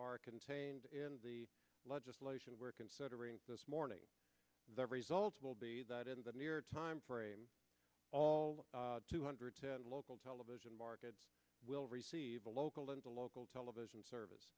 are contained in the legislation we're considering this morning every salt's will be that in the near timeframe all two hundred ten local television markets will receive a local and a local television service